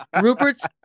Rupert's